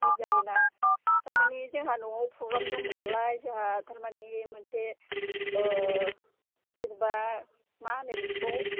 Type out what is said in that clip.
रंजालिना थारमानि जोंहा न'आव प्रग्राम दंमोन नालाय जोंहा थारमानि मोनसे जेन'बा मा होनो बिदिखौ